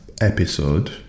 episode